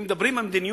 אם מדברים על מדיניות